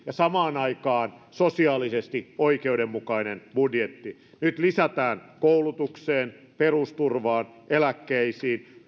ja samaan aikaan sosiaalisesti oikeudenmukainen budjetti nyt lisätään koulutukseen perusturvaan eläkkeisiin